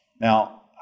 Now